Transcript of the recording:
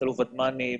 ותת-אלוף ודמני,